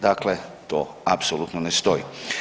Dakle, to apsolutno ne stoji.